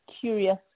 curious